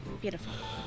Beautiful